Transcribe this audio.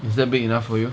is that big enough for you